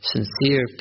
Sincere